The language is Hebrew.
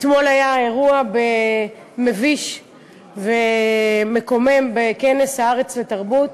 אתמול היה אירוע מביש ומקומם בכנס "הארץ" לתרבות,